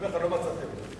אני אומר לך, לא מצאתי הבדל.